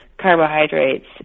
carbohydrates